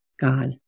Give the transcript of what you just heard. God